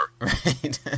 right